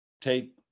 take